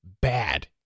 bad